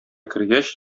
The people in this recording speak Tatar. кергәч